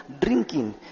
drinking